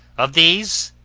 of these,